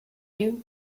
you